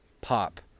pop